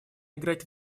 играть